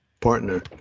partner